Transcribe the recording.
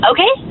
Okay